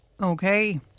Okay